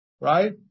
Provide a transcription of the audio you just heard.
right